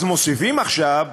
אז מוסיפים עכשיו: